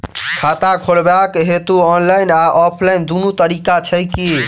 खाता खोलेबाक हेतु ऑनलाइन आ ऑफलाइन दुनू तरीका छै की?